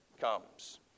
comes